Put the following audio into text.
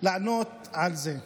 לענות על זה.